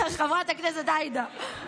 חברת הכנסת עאידה,